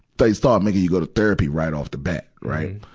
they start making you go to therapy right off the bat, right.